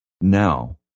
now